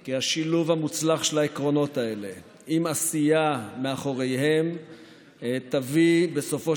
כי השילוב המוצלח של העקרונות האלה ועם עשייה מאחוריהם יביא בסופו